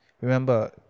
Remember